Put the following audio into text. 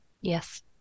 Yes